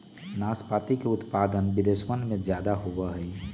नाशपाती के उत्पादन विदेशवन में ज्यादा होवा हई